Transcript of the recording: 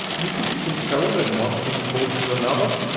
you think you can tell when one thing causes another?